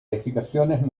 edificaciones